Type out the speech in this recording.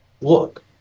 look